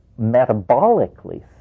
metabolically